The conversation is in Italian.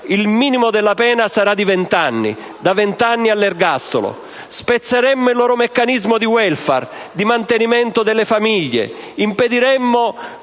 il minimo della pena sarà vent'anni, da vent'anni all'ergastolo! Spezzeremmo il loro meccanismo di *welfare,* di mantenimento delle famiglie,